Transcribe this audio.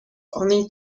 only